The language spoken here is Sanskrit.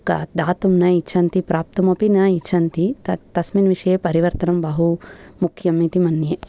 दातुं न इच्छन्ति प्राप्तुमपि न इच्छन्ति तस्मिन् विषये परिवर्तनं बहु मुख्यमिति मन्ये